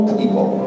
people